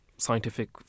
scientific